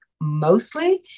mostly